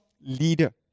leader